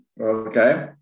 Okay